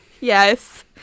Yes